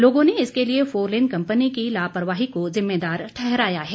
लोगों ने इसके लिए फोरलेन कम्पनी की लापरवाही को ज़िम्मेदार ठहराया है